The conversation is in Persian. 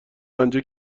رنجه